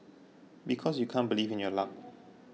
because you can't believe in your luck